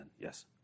Yes